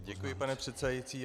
Děkuji, pane předsedající.